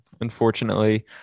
unfortunately